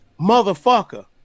motherfucker